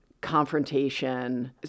confrontation